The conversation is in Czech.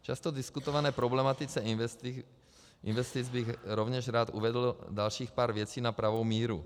K často diskutované problematice investic bych rovněž rád uvedl dalších pár věcí na pravou míru.